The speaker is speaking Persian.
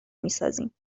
میسازیم